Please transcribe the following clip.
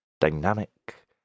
dynamic